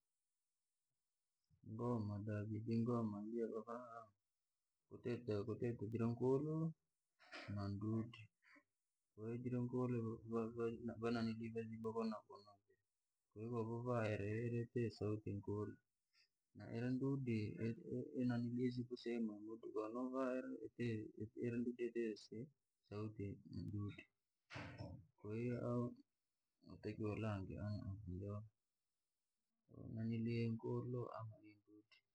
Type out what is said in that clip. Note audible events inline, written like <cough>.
Ngoma daiji ngoma jene vavaha, kwatite jira nkulu nandudi, jira nkulu kovovaa jojatite sauti nkulu, nairandudi yatite sauti ndudi. Kwahiyo ahu wotakiwa ulange utengeneze nkulu aundudi. <unintelligible>